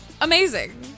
Amazing